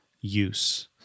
use